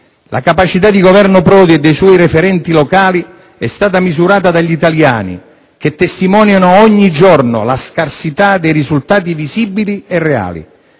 La capacità di governo di Prodi e dei suoi referenti locali è stata misurata dagli italiani, che testimoniano ogni giorno la scarsità di risultati visibili e reali.